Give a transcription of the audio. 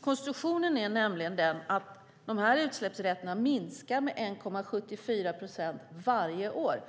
Konstruktionen är nämligen den att de här utsläppsrätterna minskar med 1,74 procent varje år.